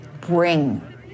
bring